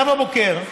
נאווה בוקר,